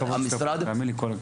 תאמין לי, כל הכבוד שאתה פה.